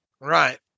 Right